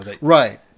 Right